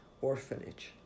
orphanage